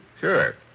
Sure